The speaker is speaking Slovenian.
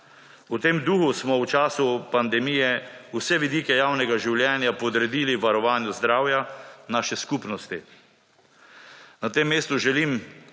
V teh duhu smo v času pandemije vse vidike javnega življenja podredili varovanju zdravja naše skupnosti. Na tem mestu želim